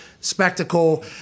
spectacle